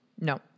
no